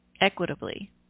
equitably